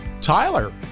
Tyler